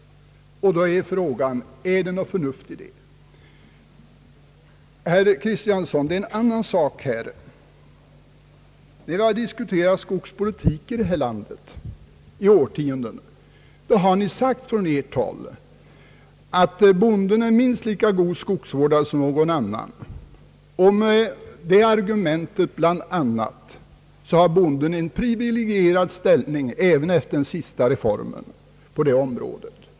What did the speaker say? Och då är frågan: Är det något förnuft i detta? Det gäller här en annan fråga, herr Kristiansson, Det har diskuterats skogspolitik här i landet i årtionden, Ni har då sagt från ert håll, att bonden är minst lika god skogsvårdare som någon annan. Av bl.a. det skälet har bonden en privilegierad ställning även efter den senaste reformen på detta område.